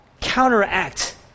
counteract